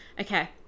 Okay